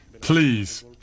Please